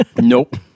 Nope